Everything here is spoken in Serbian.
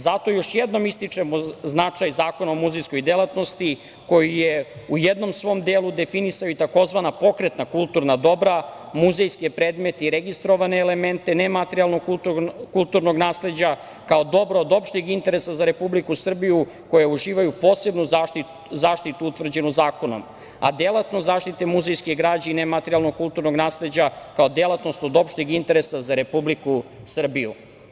Zato još jednom ističem značaj Zakona o muzejskoj delatnosti koji je u jednom svom delu definisao i tzv. „pokretna kulturna dobra“, muzejske predmete i registrovane elemente nematerijalnog kulturnog nasleđa, kao dobra od opšteg interesa za Republiku Srbiju koja uživaju posebnu zaštitu utvrđenu zakonom, a delatnost zaštite muzejske građe i nematerijalnog kulturnog nasleđa kao delatnost od opšteg interesa za Republiku Srbiju.